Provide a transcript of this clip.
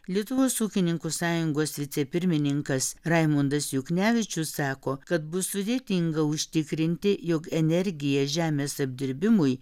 lietuvos ūkininkų sąjungos vicepirmininkas raimundas juknevičius sako kad bus sudėtinga užtikrinti jog energija žemės apdirbimui